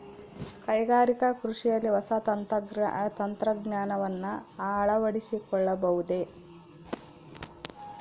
ಕೈಗಾರಿಕಾ ಕೃಷಿಯಲ್ಲಿ ಹೊಸ ತಂತ್ರಜ್ಞಾನವನ್ನ ಅಳವಡಿಸಿಕೊಳ್ಳಬಹುದೇ?